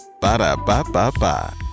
Ba-da-ba-ba-ba